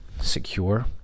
secure